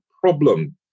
problem